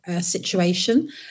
situation